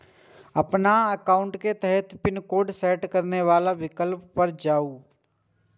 अपन एकाउंट के तहत पिन नंबर सेट करै बला विकल्प पर जाउ